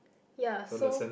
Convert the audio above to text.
ya so